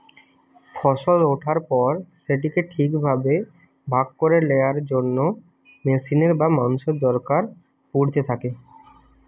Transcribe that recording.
ফসল ওঠার পর সেটিকে ঠিক ভাবে ভাগ করে লেয়ার জন্য মেশিনের বা মানুষের দরকার পড়িতে থাকে